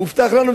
הובטח לנו,